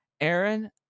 Aaron